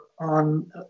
on